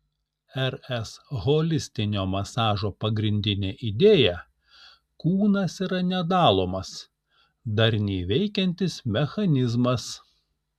rs holistinio masažo pagrindinė idėja kūnas yra nedalomas darniai veikiantis mechanizmas